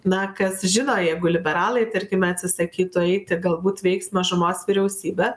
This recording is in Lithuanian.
na kas žino jeigu liberalai tarkime atsisakytų eiti galbūt veiks mažumos vyriausybė